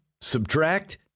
subtract